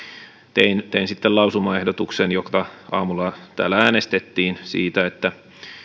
tein tein sitten lausumaehdotuksen josta aamulla täällä äänestettiin siitä että